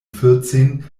vierzehn